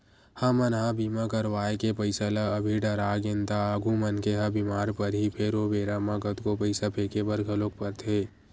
हमन ह बीमा करवाय के पईसा ल अभी डरागेन त आगु मनखे ह बीमार परही फेर ओ बेरा म कतको पईसा फेके बर घलोक परथे